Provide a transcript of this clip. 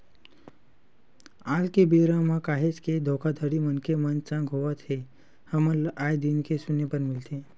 आल के बेरा म काहेच के धोखाघड़ी मनखे मन संग होवत हे हमन ल आय दिन सुने बर मिलथे